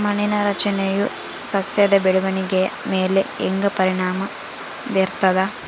ಮಣ್ಣಿನ ರಚನೆಯು ಸಸ್ಯದ ಬೆಳವಣಿಗೆಯ ಮೇಲೆ ಹೆಂಗ ಪರಿಣಾಮ ಬೇರ್ತದ?